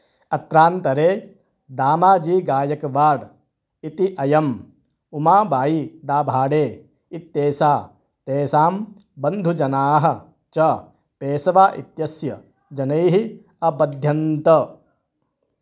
अत्रान्तरे दामाजी गायकवाड् इति अयम् उमाबायी दाभाडे इत्येषा तेषां बन्धुजनाः च पेशवा इत्यस्य जनैः अबध्यन्त